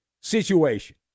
situation